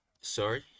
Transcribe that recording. Sorry